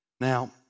Now